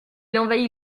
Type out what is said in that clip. envahit